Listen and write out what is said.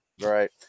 Right